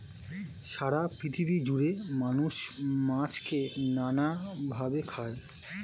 সারা পৃথিবী জুড়ে মানুষ মাছকে নানা ভাবে খায়